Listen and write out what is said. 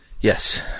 Yes